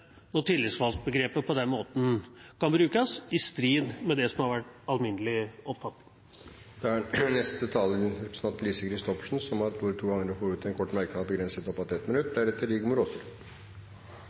på den måten, i strid med det som har vært en alminnelig oppfatning? Representanten Lise Christoffersen har hatt ordet to ganger tidligere og får ordet til en kort merknad, begrenset til